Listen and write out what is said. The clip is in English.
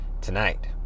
tonight